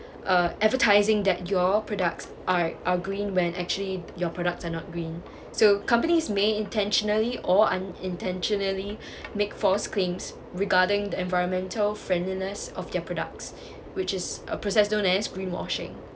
uh advertising that your products are are green when actually your products are not green so companies may intentionally or unintentionally make false claims regarding the environmental friendliness of their products which is a process known as greenwashing